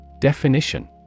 Definition